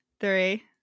three